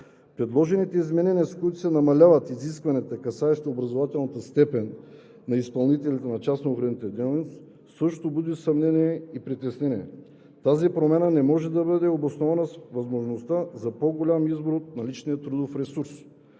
Предложените изменения, с които се намаляват изискванията, касаещи образователната степен на изпълнителите на частна охранителна дейност, също буди съмнение и притеснение. Тази промяна не може да бъде обоснована с възможността за по-голям избор на личния трудов ресурс.